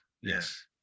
Yes